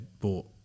bought